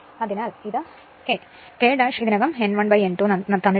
അതിനാൽ ഇത് K K ഇതിനകം N1 N2 നൽകിയിട്ടുണ്ട്